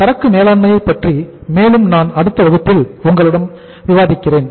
சரக்கு மேலாண்மை பற்றி மேலும் நான் அடுத்த வகுப்பில் உங்களுடன் விவாதிக்கிறேன்